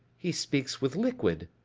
he speaks with liquid.